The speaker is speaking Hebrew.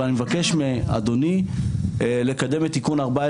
אבל אני מבקש מאדוני לקדם את תיקון 14